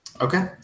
Okay